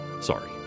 Sorry